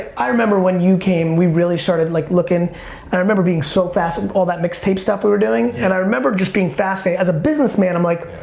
i remember when you came, we really started like looking. and i remember being so fascinated, all that mixtape stuff we were doing. and i remember just being fascinated. as a businessman, i'm like,